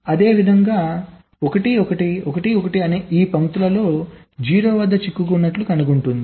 అదేవిధంగా 1 1 1 1 ఈ అన్ని పంక్తులలో 0 వద్ద చిక్కుకున్నట్లు కనుగొంటుంది